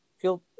feel